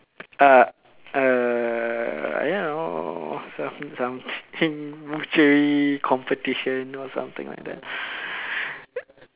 uh err ya something something competition or something like that